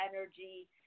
energy